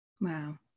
Wow